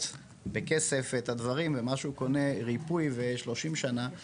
בכסף את הדברים ומה שקונה ריפוי ל-30 שנים אז